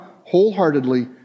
wholeheartedly